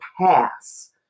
pass